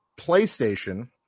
PlayStation